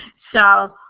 so,